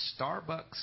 Starbucks